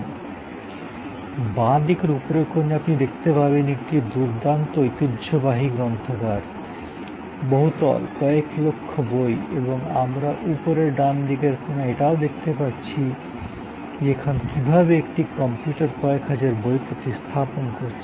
সুতরাং বাঁ দিকের উপরের কোণে আপনি দেখতে পারবেন একটি দুর্দান্ত ঐতিহ্যবাহী গ্রন্থাগার বহুতল কয়েক লক্ষ বই এবং আমরা উপরের ডান দিকের কোণায় এটাও দেখতে পাচ্ছি যে এখন কীভাবে একটি কম্পিউটার কয়েক হাজার বই প্রতিস্থাপন করছে